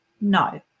no